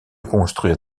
construire